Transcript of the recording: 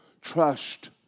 Trust